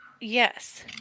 Yes